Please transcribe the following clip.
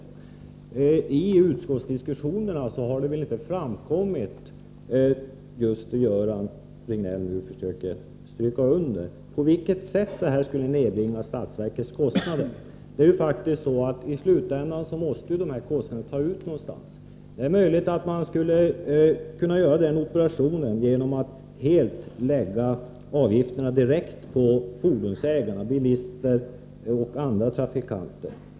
Under utskottsbehandlingen har det inte framkommit på vilket sätt detta skulle nedbringa statsverkets kostnader —- det som Göran Riegnell nu försöker poängtera. I slutändan måste ju de här kostnaderna tas ut någonstans. Det är möjligt att man skulle kunna göra detta genom att helt lägga avgifterna på fordonsägare, bilister och andra trafikanter.